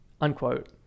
unquote